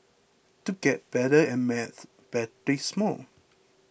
to get better at maths practise more